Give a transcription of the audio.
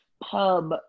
pub